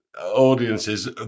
audiences